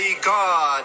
God